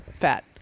fat